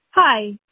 Hi